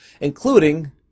including